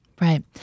Right